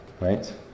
right